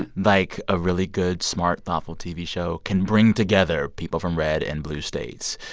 and like, a really good, smart, thoughtful tv show can bring together people from red and blue states.